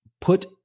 Put